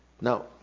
Now